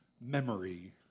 memory